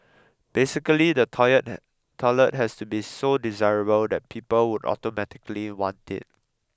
basically the toilet toilet has to be so desirable that people would automatically want it